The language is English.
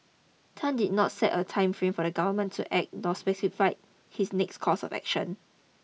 Tan did not set a time frame for the government to act nor specified his next course of action